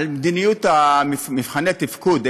על מדיניות מבחני התפקוד,